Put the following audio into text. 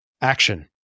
action